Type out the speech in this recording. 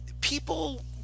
people